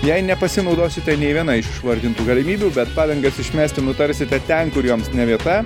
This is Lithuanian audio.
jei nepasinaudosite nė viena iš išvardintų galimybių bet padangas išmesti nutarsite ten kur joms ne vieta